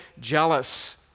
jealous